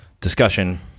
discussion